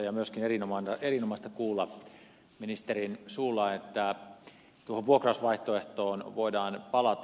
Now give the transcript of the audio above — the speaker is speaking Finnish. oli myöskin erinomaista kuulla ministerin suulla että tuohon vuokrausvaihtoehtoon voidaan palata